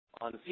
on